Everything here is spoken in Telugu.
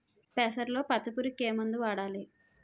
పెసరలో పచ్చ పురుగుకి ఏ మందు వాడాలి?